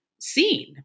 seen